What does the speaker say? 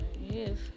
Yes